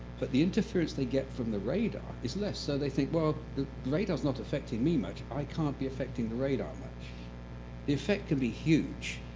but the interference they get from the radar is less, so they think, well, the radar is not affecting me much, so i can't be affecting the radar much. the effect can be huge.